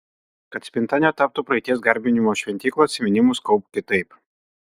kad spinta netaptų praeities garbinimo šventykla atsiminimus kaupk kitaip